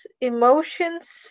emotions